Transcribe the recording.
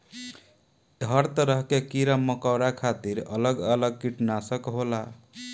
हर तरह के कीड़ा मकौड़ा खातिर अलग अलग किटनासक होला